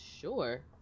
Sure